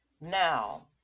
Now